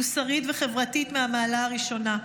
מוסרית וחברתית מהמעלה הראשונה.